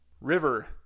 River